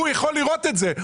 הוא יכול לראות את זה,